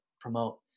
promote